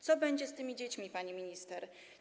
Co będzie z tymi dziećmi, pani minister?